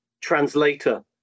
translator